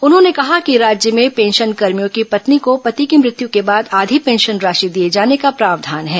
उन्होंने कहा कि राज्य में पेंशनकर्मियों की पत्नी को पति की मृत्यू के बाद आधी पेंशन राशि दिए जाने का प्रावधान है